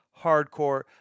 hardcore